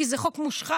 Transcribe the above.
כי זה חוק מושחת,